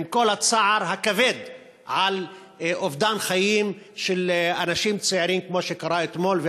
עם כל הצער הכבד על אובדן חיים של אנשים צעירים כמו שקרה אתמול.